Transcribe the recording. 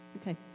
Okay